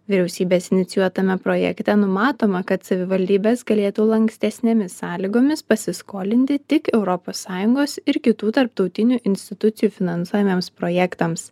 vyriausybės inicijuotame projekte numatoma kad savivaldybės galėtų lankstesnėmis sąlygomis pasiskolinti tik europos sąjungos ir kitų tarptautinių institucijų finansuojamiems projektams